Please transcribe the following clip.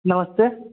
नमस्ते